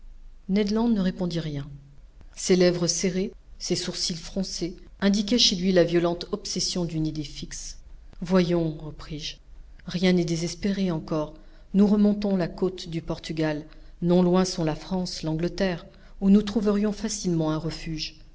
land ne répondit rien ses lèvres serrées ses sourcils froncés indiquaient chez lui la violente obsession d'une idée fixe voyons repris-je rien n'est désespéré encore nous remontons la côte du portugal non loin sont la france l'angleterre où nous trouverions facilement un refuge